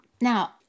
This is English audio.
Now